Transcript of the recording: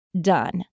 Done